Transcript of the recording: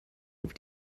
auf